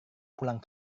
pulang